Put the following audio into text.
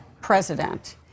president